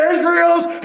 Israel's